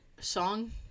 song